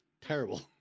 terrible